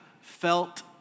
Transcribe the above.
felt